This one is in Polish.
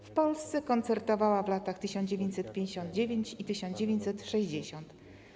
W Polsce koncertowała w latach 1959 i 1960.